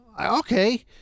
Okay